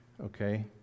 Okay